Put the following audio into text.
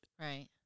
Right